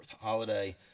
holiday